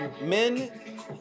men